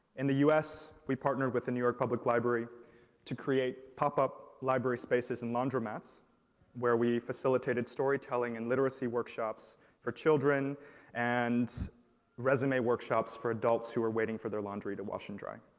in the us, we partnered with the new york public library to create pop-up library spaces and laundromats where we facilitated storytelling and literacy workshops for children and resume workshops for adults who are waiting for their laundry to wash and dry.